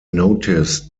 notice